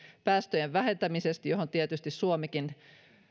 päästöjen vähentämisestä johon tietysti suomikin